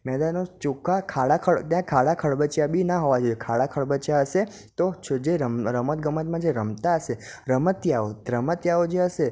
મેદાનો ચોખ્ખા ખાડા ત્યાં ખાડા ખડબચીયા બી ન હોવા જોઈએ ખાડા ખડબચીયા હશે તો છો જે રમતગમતમાં જે રમતા હશે રમતીયાઓ રમતીયાઓ જે હશે